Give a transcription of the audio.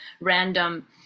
random